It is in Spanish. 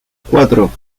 cuatro